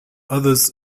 others